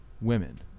women